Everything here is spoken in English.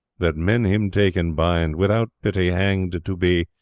that men him take and bind without pity, hanged to be,